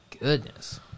Goodness